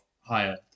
higher